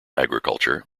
agriculture